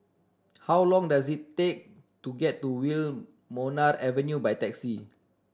how long does it take to get to Wilmonar Avenue by taxi